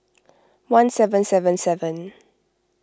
one seven seven seven